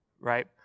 right